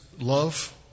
love